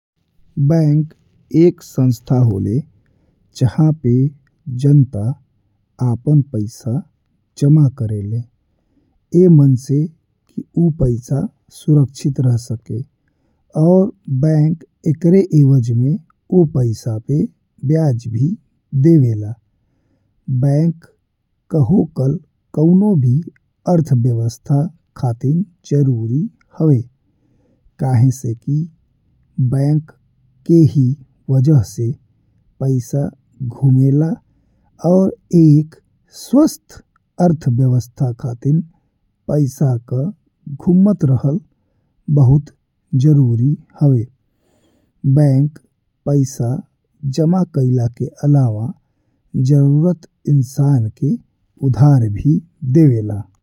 Bank एक संस्था होला जहाँ पे जनता आपन पैसा जमा करेलें ऐ मन से कि ऊ पैसा सुरक्षित रह सके। और बैंक एकरे एवज में वो पैसा पे ब्याज भी देवे ला बैंक का होकल कउनो भी अर्थव्यवस्था खातिर जरूरी हवे। काहे से कि बैंक के ही वजह से पैसा घूमेला और एक स्वस्थ अर्थव्यवस्था खातिर पैसा का घूमत रहल बहुत जरूरी हवे। बैंक पैसा जमा कइला के अलावा जरूरत इंसान के उधार भी देवे ला।